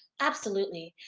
absolutely.